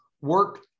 work